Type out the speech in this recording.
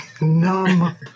numb